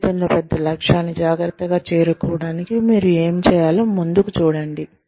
జీవితంలో పెద్ద లక్ష్యాన్ని జాగ్రత్తగా చేరుకోవటానికి మీరు ఏమి చేయాలో ముందుకు చూడండి